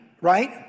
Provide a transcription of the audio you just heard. right